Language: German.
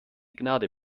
gnade